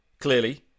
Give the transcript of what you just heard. clearly